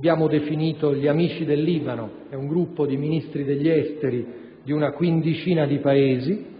da noi definito di «Amici del Libano», un gruppo di Ministri degli esteri di circa 15 Paesi.